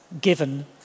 given